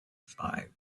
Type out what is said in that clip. drive